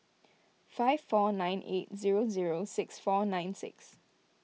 five four nine eight zero zero six four nine six